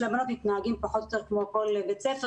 הבנות מתנהגים פחות או יותר כמו כל בית ספר,